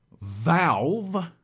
...Valve